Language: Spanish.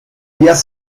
días